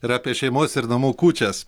ir apie šeimos ir namų kūčias